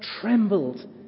trembled